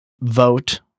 vote